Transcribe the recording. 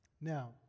Now